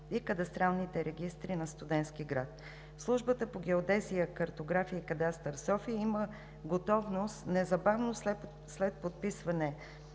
и кадастралните регистри на „Студентски град“. Службата по геодезия, картография и кадастър – София, има готовност незабавно след подписване